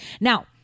Now